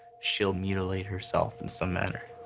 she'll mutilate herself in some manner.